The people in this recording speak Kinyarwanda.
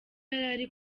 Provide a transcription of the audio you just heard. yarari